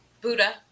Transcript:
Buddha